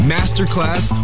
Masterclass